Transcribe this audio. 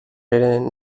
ridden